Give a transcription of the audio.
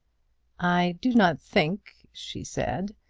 i do not think, she said,